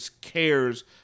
cares